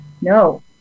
no